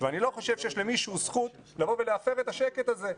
ואני לא חושב שיש למישהו זכות לבוא ולהפר את השקט הזה.